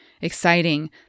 Exciting